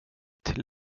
till